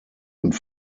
und